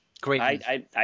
Great